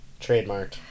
Trademarked